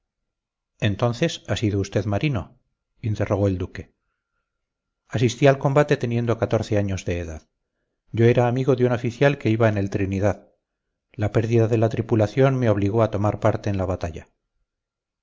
entonces ha sido usted marino interrogó el duque asistí al combate teniendo catorce años de edad yo era amigo de un oficial que iba en el trinidad la pérdida de la tripulación me obligó a tomar parte en la batalla